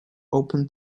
open